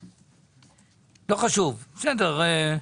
בסדר.